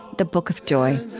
the book of joy